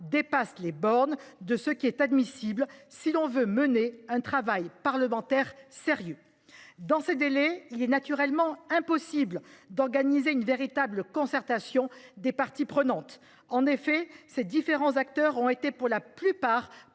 dépassent les bornes de ce qui est admissible si l'on veut mener un travail parlementaire sérieux. Dans ces délais, il est naturellement impossible d'organiser une véritable consultation des multiples parties prenantes. En effet, les différents acteurs ont été pour la plupart